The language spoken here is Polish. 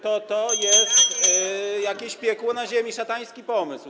to jest jakieś piekło na ziemi, szatański pomysł.